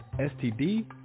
STD